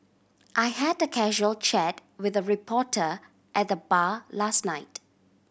I had a casual chat with a reporter at the bar last night